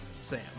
Sam